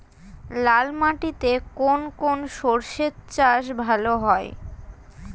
লাল মাটিতে কোন কোন শস্যের চাষ ভালো হয়?